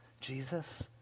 Jesus